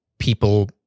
people